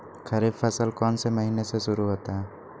खरीफ फसल कौन में से महीने से शुरू होता है?